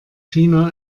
china